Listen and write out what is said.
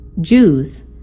Jews